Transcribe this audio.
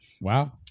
Wow